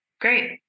great